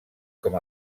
com